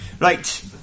Right